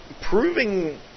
proving